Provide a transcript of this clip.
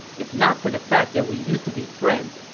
if not for the fact that we used to be friends,